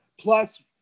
Plus